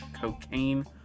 cocaine